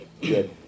good